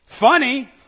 Funny